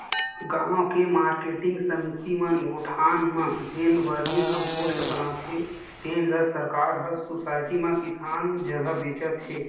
गाँव के मारकेटिंग समिति मन गोठान म जेन वरमी कम्पोस्ट बनाथे तेन ल सरकार ह सुसायटी म किसान जघा बेचत हे